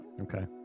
okay